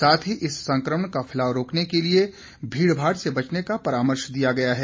साथ ही इस संक्रमण का फैलाव रोकने के लिए भीड़भाड़ से बचने का परामर्श दिया गया है